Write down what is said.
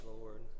Lord